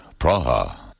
Praha